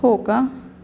हो का